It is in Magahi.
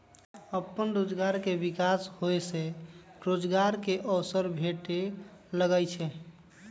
अप्पन रोजगार के विकास होय से रोजगार के अवसर भेटे लगैइ छै